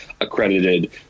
accredited